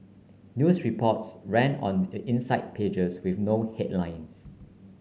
news reports ran on the inside pages with no headlines